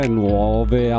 nuove